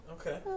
Okay